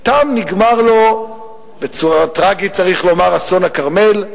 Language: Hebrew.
תם נגמר לו בצורה טרגית, צריך לומר, אסון הכרמל,